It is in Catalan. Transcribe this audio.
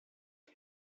els